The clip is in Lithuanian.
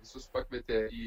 visus pakvietė į